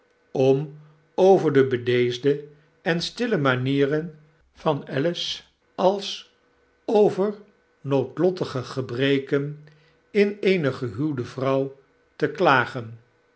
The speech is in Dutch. om over de bedeesde en stille manieren van alice als over noodlottige gebreken in eene gehuwde vrouw te klagen